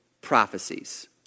prophecies